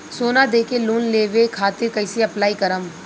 सोना देके लोन लेवे खातिर कैसे अप्लाई करम?